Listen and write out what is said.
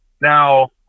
Now